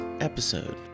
episode